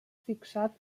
fixat